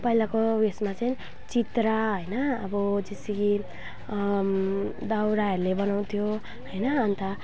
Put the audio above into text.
पहिलाको उइसमा चाहिँ चित्रा होइन अब जस्तो कि दाउराहरूले बनाउँथ्यो होइन अन्त